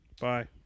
Bye